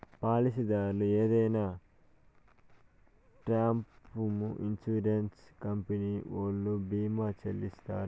పాలసీదారు ఏదైనా నట్పూమొ ఇన్సూరెన్స్ కంపెనీ ఓల్లు భీమా చెల్లిత్తారు